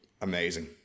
amazing